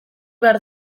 behar